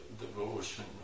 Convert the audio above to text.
devotion